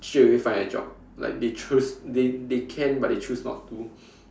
straight away find a job like they choose they they can but they choose not to